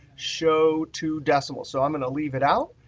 show two decimals. so i'm going to leave it out,